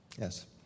Yes